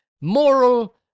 moral